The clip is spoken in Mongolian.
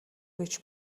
гэж